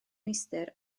meistr